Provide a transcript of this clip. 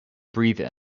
breathe